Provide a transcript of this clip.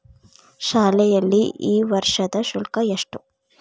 ಶಾಲೆಯಲ್ಲಿ ಈ ವರ್ಷದ ಶುಲ್ಕ ಎಷ್ಟು?